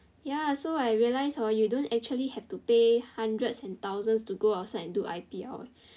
ya so I realised hor you don't actually have to pay hundreds and thousands to go outside and do I_P_L leh